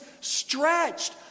stretched